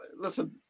Listen